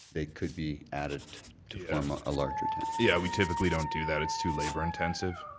it could be added to form a larger tent? yeah. we typically don't do that. it's too labour intensive.